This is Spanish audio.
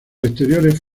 exteriores